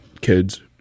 kids